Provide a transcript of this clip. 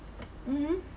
mmhmm